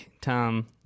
Tom